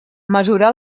mesurar